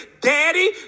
Daddy